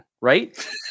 right